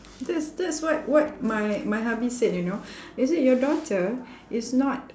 that's that's what what my my hubby said you know he said your daughter is not